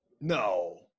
No